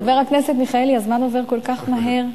חבר הכנסת מיכאלי, הזמן עובר כל כך מהר,